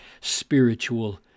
spiritual